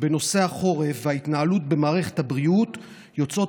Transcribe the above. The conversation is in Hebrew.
בנושא החורף וההתנהלות במערכת הבריאות יוצאות